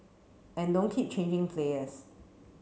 and don't keep changing players